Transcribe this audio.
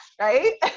Right